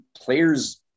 players